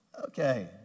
Okay